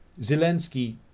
Zelensky